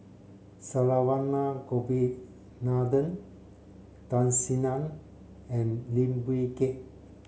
Saravanan Gopinathan Tan Sin Aun and Lim Wee Kiak